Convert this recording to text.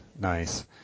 nice